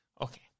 Okay